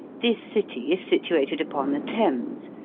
this city is situated upon the thames,